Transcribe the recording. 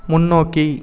முன்னோக்கி